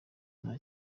nta